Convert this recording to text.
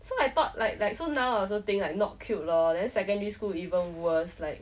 so I thought like like so now I also think like not cute lor then secondary school even worse like